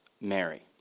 Mary